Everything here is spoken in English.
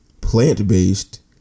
plant-based